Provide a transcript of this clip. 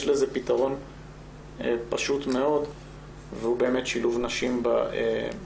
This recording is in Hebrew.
יש לזה פתרון פשוט מאוד והוא באמת שילוב נשים בדירקטוריונים.